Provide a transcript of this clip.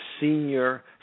senior